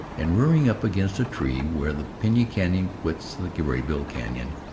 and rearing up against a tree where the piney canon quits the graybull canon,